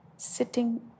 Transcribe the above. sitting